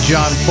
John